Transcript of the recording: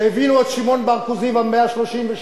שהבינו את שמעון בר כוזיבא ב-132,